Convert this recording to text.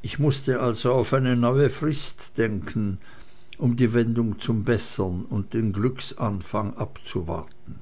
ich mußte also auf eine neue frist denken um die wendung zum bessern und den glückesanfang abzuwarten